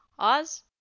oz